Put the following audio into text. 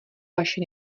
vaše